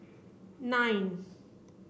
nine